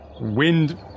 wind